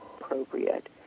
appropriate